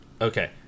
okay